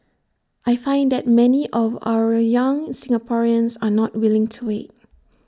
I find that many of our young Singaporeans are not willing to wait